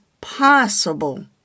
possible